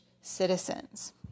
citizens